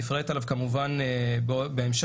נפרט עליו כמובן בהמשך,